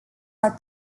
are